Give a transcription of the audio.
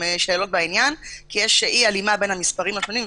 שאלות בעניין עקב אי-הלימה בין המספרים השונים,